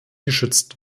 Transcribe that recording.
geschützt